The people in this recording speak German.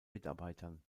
mitarbeitern